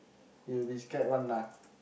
he'll be scared one lah